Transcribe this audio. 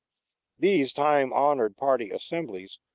these time-honored party assemblies,